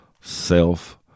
self